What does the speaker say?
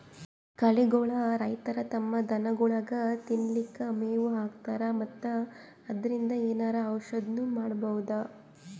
ಕಳಿಗೋಳ್ ರೈತರ್ ತಮ್ಮ್ ದನಗೋಳಿಗ್ ತಿನ್ಲಿಕ್ಕ್ ಮೆವ್ ಹಾಕ್ತರ್ ಮತ್ತ್ ಅದ್ರಿನ್ದ್ ಏನರೆ ಔಷದ್ನು ಮಾಡ್ಬಹುದ್